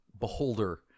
beholder